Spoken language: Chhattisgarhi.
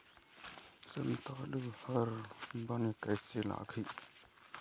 संतालु हर बने कैसे लागिही?